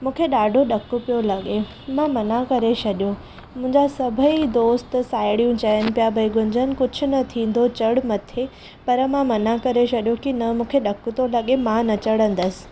मूंखे ॾाढो ॾकु पियो लॻे मां मना करे छॾियो मुंहिंजा सभई दोस्त साहेड़ियूं चइनि पिया भई गुंजन कुझु न थींदो चढ़ि मथे पर मां मनां करे छॾियो कि न मूंखे ॾकु तो लॻे मां न चढ़ंदसि